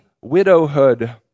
widowhood